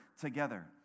together